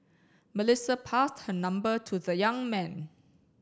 Melissa passed her number to the young man